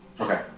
Okay